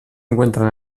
encuentran